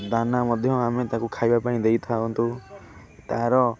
ଦାନା ମଧ୍ୟ ଆମେ ତାକୁ ଖାଇବା ପାଇଁ ଦେଇଥାନ୍ତୁ ତା'ର